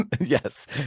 yes